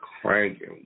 cranking